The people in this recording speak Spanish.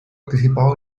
participado